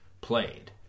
played